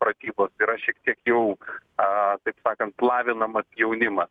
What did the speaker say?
pratybos yra šiek tiek jau taip sakant lavinamas jaunimas